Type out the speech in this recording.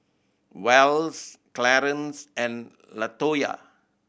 Wells Clarance and Latoyia